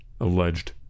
alleged